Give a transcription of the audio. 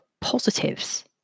positives